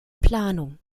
planung